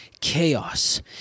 chaos